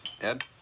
Ed